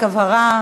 רק הבהרה,